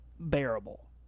bearable